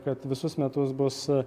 kad visus metus bus